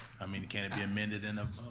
i mean, can it be amended in a,